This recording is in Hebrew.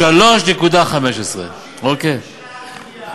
3.15. 39 מיליארד.